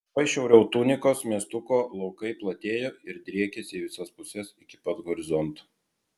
tuoj šiauriau tunikos miestuko laukai platėjo ir driekėsi į visas puses iki pat horizonto